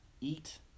eat